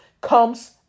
comes